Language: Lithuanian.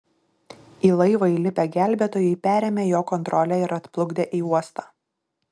į laivą įlipę gelbėtojai perėmė jo kontrolę ir atplukdė į uostą